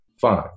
fine